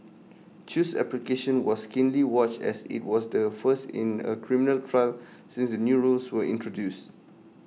chew's application was keenly watched as IT was the first in A criminal trial since the new rules were introduced